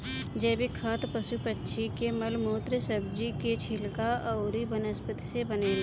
जैविक खाद पशु पक्षी के मल मूत्र, सब्जी कुल के छिलका अउरी वनस्पति से बनेला